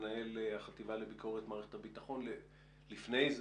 מנהל החטיבה לביקורת מערכת הביטחון ולפני כן